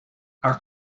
our